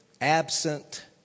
Absent